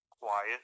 quiet